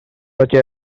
such